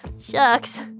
shucks